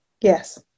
Yes